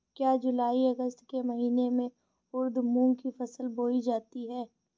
क्या जूलाई अगस्त के महीने में उर्द मूंग की फसल बोई जाती है?